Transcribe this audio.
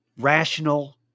rational